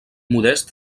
modest